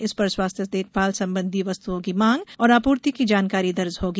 इस पर स्वास्थ्य देखभाल संबंधी वस्तुओं की मांग और आपूर्ति की जानकारी दर्ज होगी